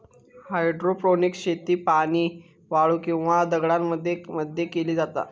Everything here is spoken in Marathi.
हायड्रोपोनिक्स शेती पाणी, वाळू किंवा दगडांमध्ये मध्ये केली जाता